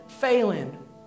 failing